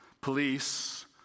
Police